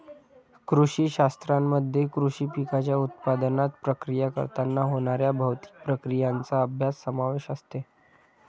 कृषी शास्त्रामध्ये कृषी पिकांच्या उत्पादनात, प्रक्रिया करताना होणाऱ्या भौतिक प्रक्रियांचा अभ्यास समावेश असते